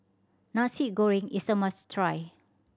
Nasi Goreng is a must try